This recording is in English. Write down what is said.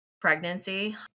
pregnancy